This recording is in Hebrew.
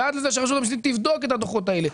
ועד לזה שרשות המיסים תבדוק את הדוחות האלה,